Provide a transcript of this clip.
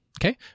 Okay